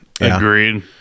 Agreed